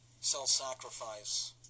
self-sacrifice